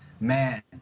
man